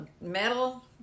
metal